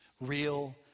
real